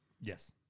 Yes